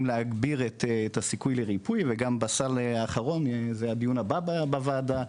להגביר את הסיכויים לריפוי וגם בסל האחרון שיהיה בדיון הבא בוועדה,